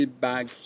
bag